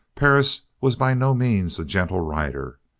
perris was by no means a gentle rider.